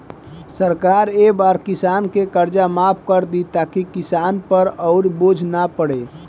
सरकार ए बार किसान के कर्जा माफ कर दि ताकि किसान पर अउर बोझ ना पड़े